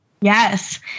Yes